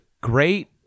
great